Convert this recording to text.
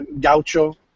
gaucho